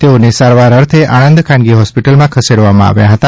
તેઓને સારવાર અર્થે આણંદ ખાનગી હોસ્પીટલમાં ખસેડવામાં આવ્યા હતા